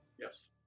Yes